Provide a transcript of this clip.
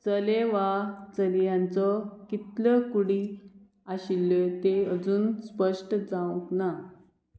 चले वा चलयांचो कितल्यो कुडी आशिल्ल्यो ते अजून स्पश्ट जावंक ना